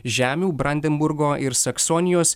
žemių brandenburgo ir saksonijos